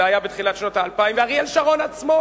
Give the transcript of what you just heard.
זה היה בתחילת שנות האלפיים, ואריאל שרון עצמו,